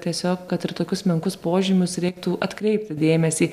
tiesiog kad ir į tokius menkus požymius reiktų atkreipti dėmesį